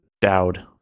Dowd